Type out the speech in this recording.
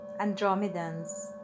Andromedans